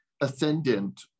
ascendant